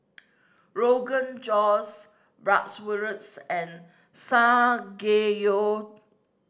Rogan Josh Bratwurst and